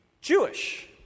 Jewish